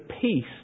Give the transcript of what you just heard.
peace